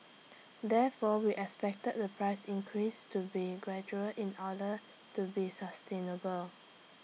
therefore we expected the price increase to be gradual in order to be sustainable